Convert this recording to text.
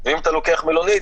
ואם אתה לוקח מלונית,